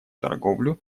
торговлю